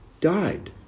died